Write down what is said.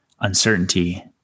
uncertainty